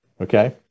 okay